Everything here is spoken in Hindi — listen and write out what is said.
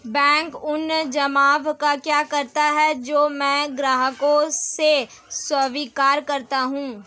बैंक उन जमाव का क्या करता है जो मैं ग्राहकों से स्वीकार करता हूँ?